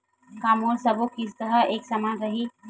का मोर सबो किस्त ह एक समान रहि?